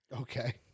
okay